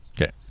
Okay